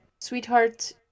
sweetheart